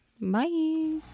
Bye